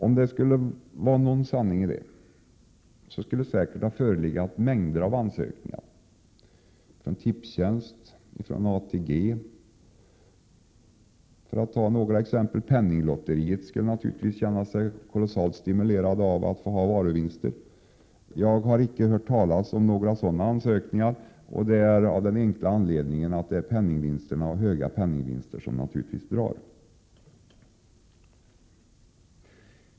Om det skulle ligga någon sanning i detta, skulle det säkert ha förelegat mängder av ansökningar — från Tipstjänst, från ATP för att ta ett par exempel. Penninglotteriet skulle naturligtvis känna sig kolossalt stimulerat av att få ha varuvinster. Jag har icke hört talas om några sådana ansökningar. Den enkla anledningen till det är naturligtvis att det är penningvinsterna, de höga penningvinsterna, som drar till sig intresset.